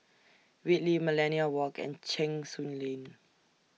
Whitley Millenia Walk and Cheng Soon Lane